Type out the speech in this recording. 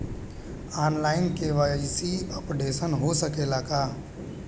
आन line KYC updation हो सकेला का?